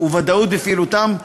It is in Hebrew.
וודאות בפעילותם,